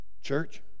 Church